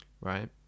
Right